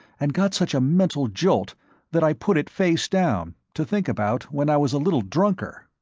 and got such a mental jolt that i put it face-down to think about when i was a little drunker.